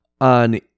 on